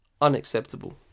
Unacceptable